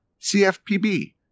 CFPB